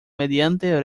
mediante